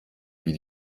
wie